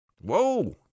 Whoa